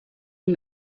die